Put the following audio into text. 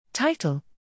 Title